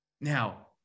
Now